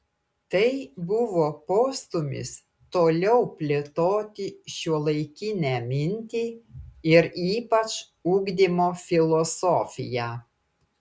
tai buvo postūmis toliau plėtoti šiuolaikinę mintį ir ypač ugdymo filosofiją